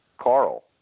Carl